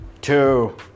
two